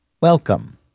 welcome